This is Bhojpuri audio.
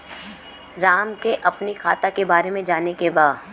राम के अपने खाता के बारे मे जाने के बा?